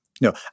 No